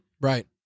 right